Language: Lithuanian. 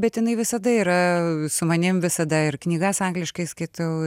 bet jinai visada yra su manim visada ir knygas angliškai skaitau